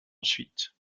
ensuite